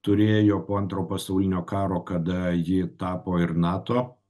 turėjo po antrojo pasaulinio karo kada ji tapo ir nato